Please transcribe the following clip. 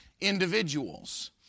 individuals